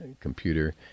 computer